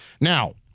Now